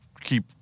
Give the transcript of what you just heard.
keep